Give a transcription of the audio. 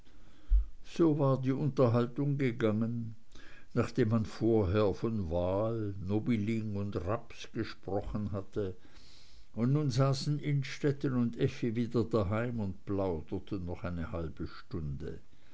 so war die unterhaltung gegangen nachdem man vorher von wahl nobiling und raps gesprochen hatte und nun saßen innstetten und effi wieder daheim und plauderten noch eine halbe stunde